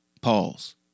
Pause